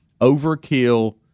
overkill